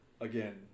again